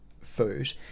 food